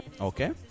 okay